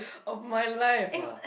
of my life ah